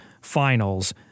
Finals